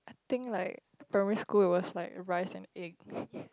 I think like primary school it was like rice and egg